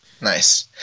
Nice